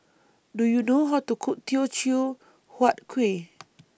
Do YOU know How to Cook Teochew Huat Kueh